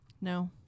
No